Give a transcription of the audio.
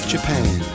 Japan